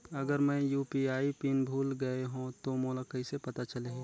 अगर मैं UPI pin भुल गये हो तो मोला कइसे पता चलही?